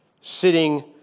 sitting